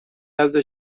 نزد